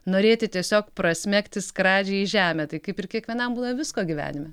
norėti tiesiog prasmegti skradžiai žemę tai kaip ir kiekvienam būna visko gyvenime